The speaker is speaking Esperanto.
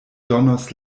donos